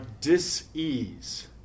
dis-ease